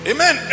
Amen